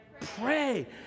pray